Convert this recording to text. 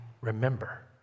remember